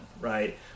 right